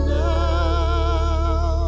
now